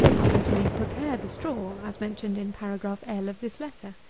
others may prepare the straw, as mentioned in paragraph l. of this letter.